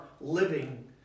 living